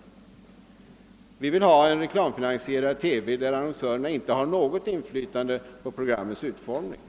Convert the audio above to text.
Nej, vi vill ha en reklamfinansierad TV där annonsörerna inte har något inflytande på programmets utformning,